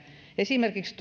esimerkiksi